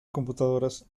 computadoras